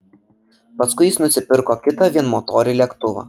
paskui jis nusipirko kitą vienmotorį lėktuvą